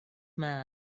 man